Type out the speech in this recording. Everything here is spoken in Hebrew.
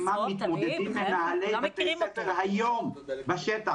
עם מה מתמודדים מנהלי בתי הספר היום בשטח